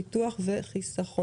ביטוח וחיסכון.